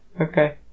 Okay